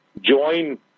join